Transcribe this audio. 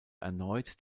erneut